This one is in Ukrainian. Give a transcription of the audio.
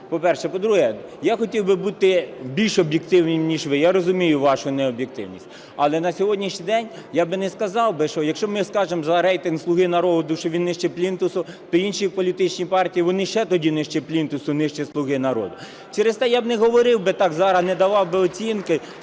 по-перше. По-друге, я хотів би бути більш об'єктивним ніж ви, я розумію вашу необ'єктивність. Але на сьогоднішній день я би не сказав би, що якщо ми скажемо за рейтинг "Слуги народу", що він нижчий плінтуса, то інші політичні партії, вони ще тоді нижчі плінтуса, нижчі "Слуги народу". Через те я б не говорив би так зараз, не давав би оцінки